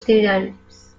students